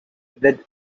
with